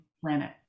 planet